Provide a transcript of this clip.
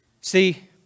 See